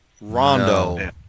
Rondo